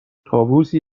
طاووسی